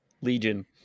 legion